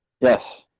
Yes